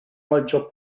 maggior